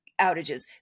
outages